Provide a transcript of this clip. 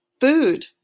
food